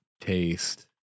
taste